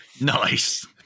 nice